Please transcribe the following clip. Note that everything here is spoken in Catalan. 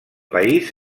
país